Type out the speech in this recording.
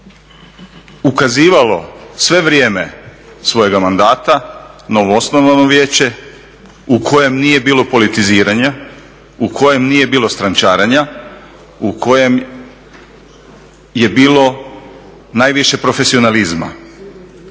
ukazivalo sve vrijeme svojega mandata, novoosnovano vijeće u kojem nije bilo politiziranja, u kojem nije bilo strančarenja, u kojem je bilo najviše profesionalizma.